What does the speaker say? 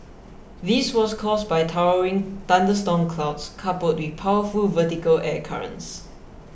this was caused by towering thunderstorm clouds coupled with powerful vertical air currents